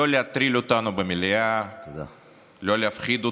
לא להטריל אותנו במליאה, לא להפחיד אותנו,